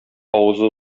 авызы